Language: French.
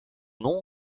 nom